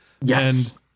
Yes